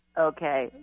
Okay